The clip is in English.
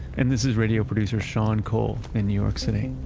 and this is radio producer sean cole in new york city.